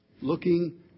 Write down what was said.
Looking